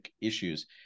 issues